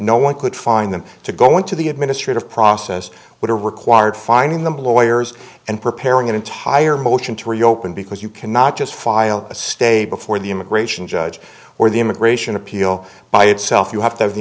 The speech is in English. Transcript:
no one could find them to go into the administrative process would have required finding the lawyers and preparing an entire motion to reopen because you cannot just file a stay before the immigration judge or the immigration appeal by itself you have to have the